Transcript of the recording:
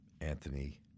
Anthony